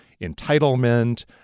entitlement